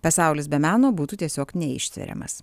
pasaulis be meno būtų tiesiog neištveriamas